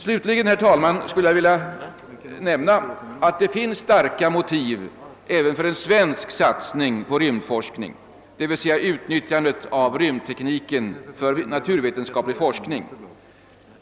Slutligen, herr talman, skulle jag vilja nämna att det finns starka motiv även för en svensk satsning på rymdforskning, d.v.s. utnyttjande av rymdtekniken för naturvetenskaplig forskning.